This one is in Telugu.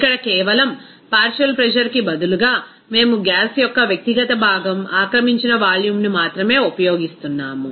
ఇక్కడ కేవలం పార్షియల్ ప్రెజర్ కి బదులుగా మేము గ్యాస్ యొక్క వ్యక్తిగత భాగం ఆక్రమించిన వాల్యూమ్ను మాత్రమే ఉపయోగిస్తున్నాము